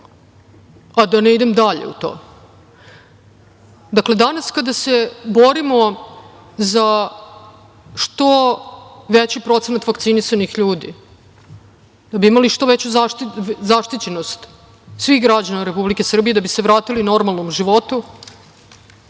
a da ne idem dalje u to. Dakle, danas kada se borimo za što veći procenat vakcinisanih ljudi, da bi imali što veću zaštićenost svih građana Republike Srbije, da bi se vratili normalnom životu,